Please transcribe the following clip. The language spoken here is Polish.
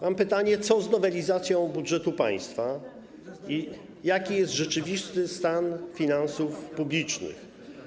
Mam pytanie: Co z nowelizacją budżetu państwa i jaki jest rzeczywisty stan finansów publicznych?